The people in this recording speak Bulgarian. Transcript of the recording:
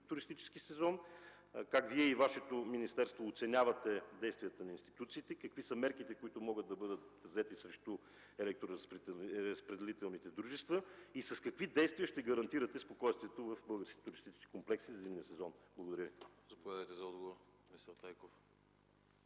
туристически сезон, как Вие и Вашето министерство оценявате действията на институциите, какви са мерките, които могат да бъдат взети срещу електроразпределителните дружества и с какви действия ще гарантирате спокойствието в българските туристически комплекси за зимния сезон? Благодаря Ви. ПРЕДСЕДАТЕЛ АНАСТАС